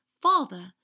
father